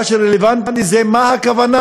מה שרלוונטי זה מה הכוונה.